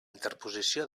interposició